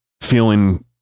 feeling